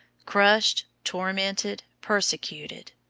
crushed, tormented, persecuted,